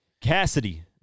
Cassidy